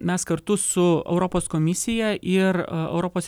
mes kartu su europos komisija ir europos